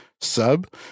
sub